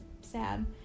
sad